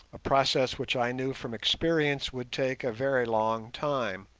a process which i knew from experience would take a very long time.